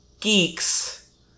geeks